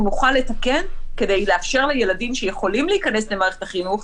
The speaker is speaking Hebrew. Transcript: נוכל לתקן כדי לאפשר לילדים שיכולים להיכנס למערכת החינוך,